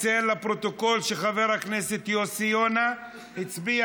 לפרוטוקול שחבר הכנסת יוסי יונה הצביע